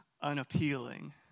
unappealing